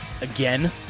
again